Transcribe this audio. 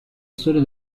storia